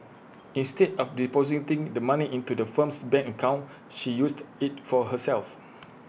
instead of depositing the money into the firm's bank account she used IT for herself